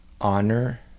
honor